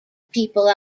people